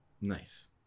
Nice